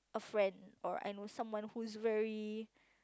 friend or I know someone who's very